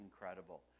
incredible